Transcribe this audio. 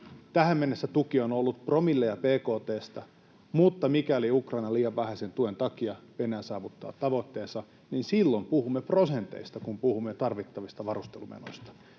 Tähän mennessä tuki on ollut promilleja bkt:stä, mutta mikäli Ukrainan liian vähäisen tuen takia Venäjä saavuttaa tavoitteensa, niin silloin puhumme prosenteista, kun puhumme tarvittavista varustelumenoista.